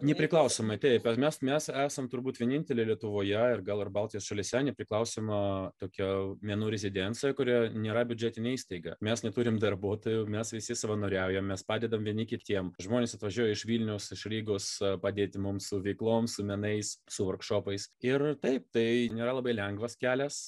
nepriklausomai taip mes mes esam turbūt vieninteliai lietuvoje ir gal ir baltijos šalyse nepriklausoma tokia menų rezidenciją kuri nėra biudžetinė įstaiga mes neturim darbuotojų mes visi savanoriaujam mes padedam vieni kitiem žmonės atvažiuoja iš vilniaus iš rygos padėti mums su veiklom su menais su vorkšopais ir taip tai nėra labai lengvas kelias